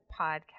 podcast